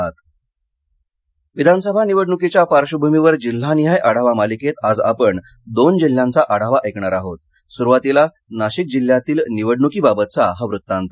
विधानसभा जिल्हानिहाय आढावा विधानसभा निवडणुकीच्या पार्श्वभूमीवर जिल्हानिहाय आढावा मालिकेत आज आपण दोन जिल्ह्यांचा आढावा ऐकणार आहोत सुरुवातीला नाशिक जिल्ह्यातील निवडणूकीबाबतचा हा वृत्तांत